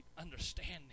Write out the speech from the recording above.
understanding